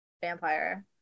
vampire